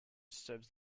serves